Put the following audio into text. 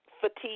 fatigue